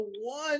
one